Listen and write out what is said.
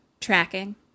tracking